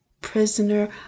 prisoner